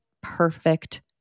perfect